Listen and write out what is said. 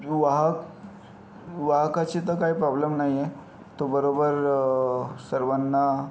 वाहक वाहकाशी तर काही प्रॉब्लेम नाही आहे तो बरोबर सर्वांना